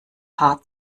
haar